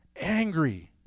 angry